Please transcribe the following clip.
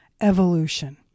evolution